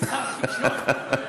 יש לך עוד שתי שניות.